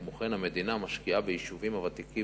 כמו כן, המדינה משקיעה ביישובים הוותיקים